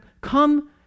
come